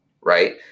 right